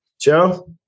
joe